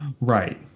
right